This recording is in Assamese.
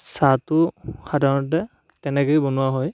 চাহটো সাধাৰণতে তেনেকেই বনোৱা হয়